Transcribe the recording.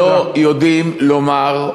לא יודעים לומר,